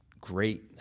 great